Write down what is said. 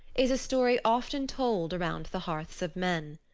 is a story often told around the hearths of men.